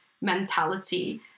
mentality